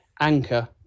anchor